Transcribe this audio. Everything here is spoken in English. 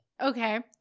Okay